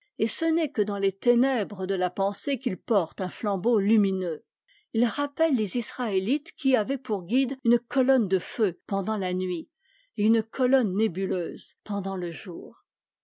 et ce n'est que dans les ténèbres de la pensée qu'il porte un flambeau lumineux il rappelle les israélites qui a vaient pour guide une colonne de feu pendant la nuit et une colonne nébuteuse pendant le jour